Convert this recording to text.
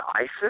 ISIS